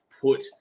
put